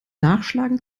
nachschlagen